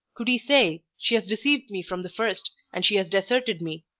could he say, she has deceived me from the first, and she has deserted me,